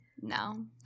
No